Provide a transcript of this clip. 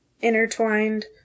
intertwined